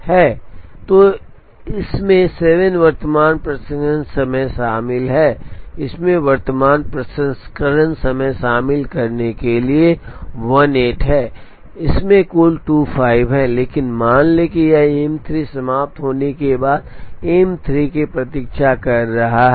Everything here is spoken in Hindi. तो इसमें 7 वर्तमान प्रसंस्करण समय शामिल है इसमें वर्तमान प्रसंस्करण समय शामिल करने के लिए 18 हैं इसमें कुल 25 हैं लेकिन मान लें कि यह M 3 समाप्त होने के बाद M 3 की प्रतीक्षा कर रहा है